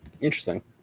Interesting